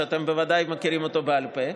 שאתם בוודאי מכירים אותו בעל פה,